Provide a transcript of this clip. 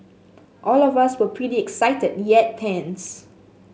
all of us were pretty excited yet tense